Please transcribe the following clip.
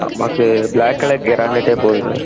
நமக்கு black colour கிரானைட்டே போதும் சார்